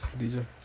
DJ